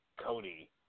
Cody